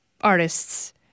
artists